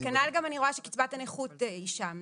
וכנ"ל גם אני רואה שקצבת הנכות היא שם,